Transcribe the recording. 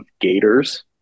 gators